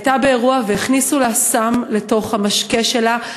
הייתה באירוע והכניסו לה סם לתוך המשקה שלה,